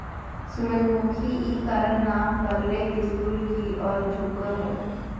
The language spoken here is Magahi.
सूरजमुखी इ कारण नाम परले की सूर्य की ओर झुको हइ